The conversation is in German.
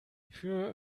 für